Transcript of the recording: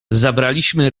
zabraliśmy